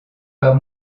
pas